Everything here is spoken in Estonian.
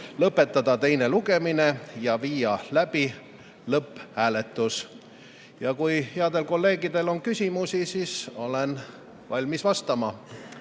lõpetada teine lugemine ja viia läbi lõpphääletus. Kui headel kolleegidel on küsimusi, siis olen valmis vastama.